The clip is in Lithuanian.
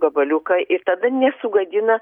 gabaliuką ir tada nesugadina